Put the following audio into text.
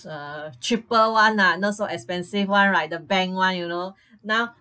uh cheaper one lah not so expensive one like the bank one you know now